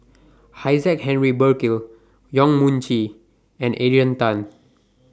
Isaac Henry Burkill Yong Mun Chee and Adrian Tan